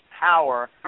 power